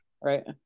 right